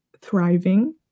thriving